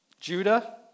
Judah